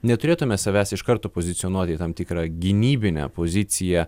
neturėtume savęs iš karto pozicionuoti į tam tikrą gynybinę poziciją